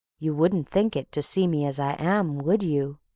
you wouldn't think it, to see me as i am, would you?